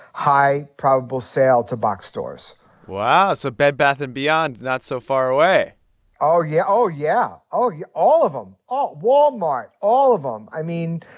high probable sale to box stores wow, so bed bath and beyond, not so far away oh, yeah. oh, yeah. oh yeah all of them oh, walmart, all of them. i mean,